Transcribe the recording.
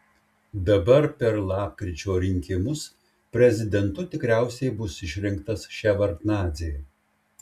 dabar per lapkričio rinkimus prezidentu tikriausiai bus išrinktas ševardnadzė